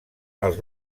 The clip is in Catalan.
els